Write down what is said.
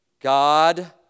God